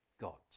God's